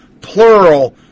plural